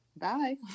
bye